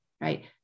right